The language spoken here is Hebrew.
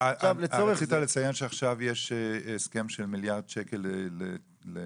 רצית לציין שעכשיו יש הסכם של מיליארד שקל לכרטיסי